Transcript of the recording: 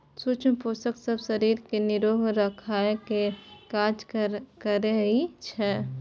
सुक्ष्म पोषक सब शरीर केँ निरोग राखय केर काज करइ छै